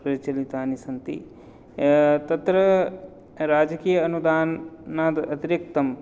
प्रचलितानि सन्ति तत्र राजकीय अनुदानादतिरिक्तं